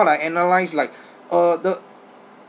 why like analyse like uh the